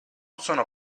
sono